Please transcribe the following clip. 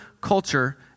culture